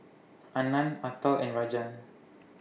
Anand Atal and Rajan